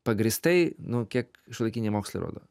pagrįstai nu kiek šiuolaikiniai mokslai rodo